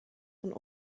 von